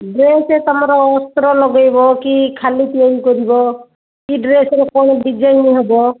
dress ତୁମର ଅସ୍ତ୍ର ଲଗାଇବ କି ଖାଲି ପ୍ଲେନ୍ କରିବ କି ଡ୍ରେସ୍ରେ ପୁଣି ଡିଜାଇନ୍ ହେବ